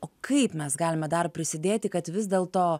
o kaip mes galime dar prisidėti kad vis dėl to